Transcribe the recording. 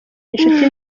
inshuti